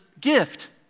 gift